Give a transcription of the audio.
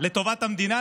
לטובת המדינה,